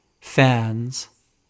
fans